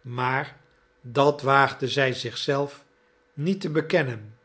maar dat waagde zij zich zelf niet te bekennen